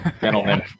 Gentlemen